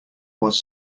was